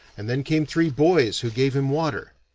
and then came three boys who gave him water.